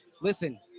listen